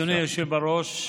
אדוני היושב בראש,